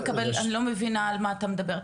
אני לא מבינה על מה אתה מדבר.